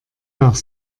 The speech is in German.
nach